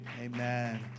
Amen